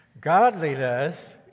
Godliness